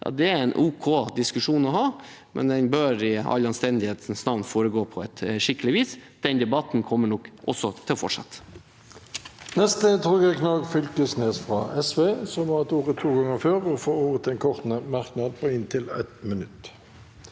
dit, er en ok diskusjon å ha, men den bør i anstendighetens navn foregå på skikkelig vis. Denne debatten kommer nok til å fortsette.